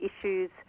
issues